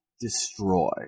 destroy